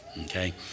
okay